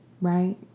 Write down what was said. right